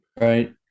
right